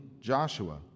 Joshua